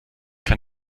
kann